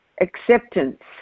acceptance